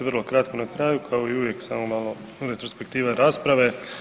Vrlo kratko na kraju kao i uvijek samo malo retrospektive rasprave.